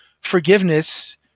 forgiveness